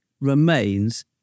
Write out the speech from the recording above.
remains